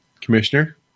Commissioner